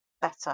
better